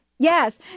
Yes